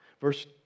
Verse